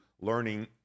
learning